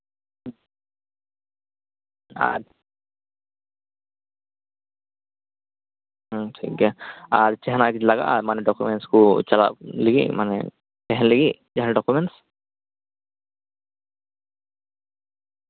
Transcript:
ᱦᱩᱸ ᱴᱷᱤᱠ ᱜᱮᱭᱟ ᱟᱨ ᱡᱟᱦᱟᱸᱱᱟᱜ ᱞᱟᱜᱟᱜᱼᱟ ᱢᱟᱱᱮ ᱰᱚᱠᱳᱢᱮᱱᱥ ᱠᱚ ᱢᱟᱱᱮ ᱛᱟᱦᱮᱸᱱ ᱞᱟᱹᱜᱤᱫ ᱛᱟᱦᱮᱸᱱ ᱰᱚᱠᱩᱢᱮᱱᱴᱥ